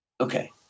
Okay